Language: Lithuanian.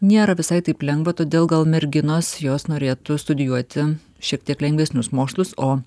nėra visai taip lengva todėl gal merginos jos norėtų studijuoti šiek tiek lengvesnius mokslus o